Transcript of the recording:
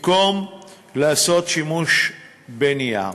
במקום לעשות שימוש בנייר.